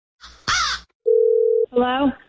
Hello